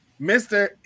mr